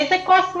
איזה כוס מלאה?